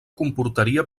comportaria